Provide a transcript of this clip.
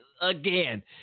again